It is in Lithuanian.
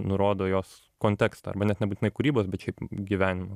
nurodo jos kontekstą arba net nebūtinai kūrybos bet šiaip gyvenimo